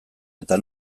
eta